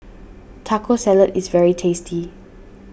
Taco Salad is very tasty